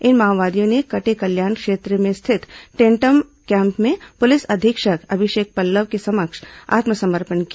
इन माओवादियों ने कटेकल्याण क्षेत्र में स्थित टेंटम कैम्प में पुलिस अधीक्षक अभिषेक पल्लव के समक्ष आत्मसमर्पण किया